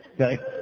okay